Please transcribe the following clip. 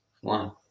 One